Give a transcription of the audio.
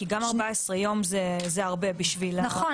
כי גם 14 יום זה הרבה בשביל --- נכון,